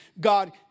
God